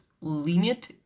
limit